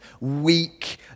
weak